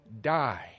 die